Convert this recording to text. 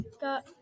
got